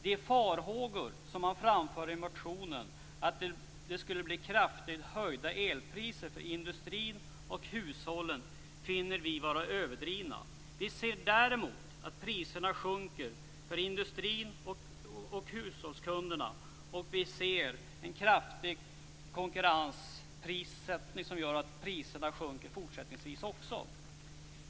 De farhågor som man framförde i motionen, dvs. att det skulle bli kraftigt höjda elpriser för industrin och hushållen, finner vi vara överdrivna. Vi ser däremot att priserna sjunker för industrin och hushållskunderna, och vi ser en konkurrenskraftig prissättning som gör att priserna kommer att sjunka även fortsättningsvis.